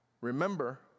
Remember